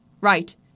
right